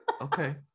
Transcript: Okay